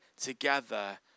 together